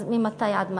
אז ממתי עד מתי?